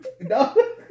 No